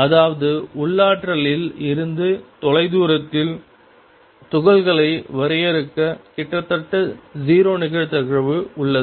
அதாவது உள்ளாற்றலில் இருந்து தொலைதூரத்தில் துகள்களை வரையறுக்க கிட்டத்தட்ட 0 நிகழ்தகவு உள்ளது